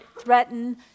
threaten